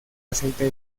aceite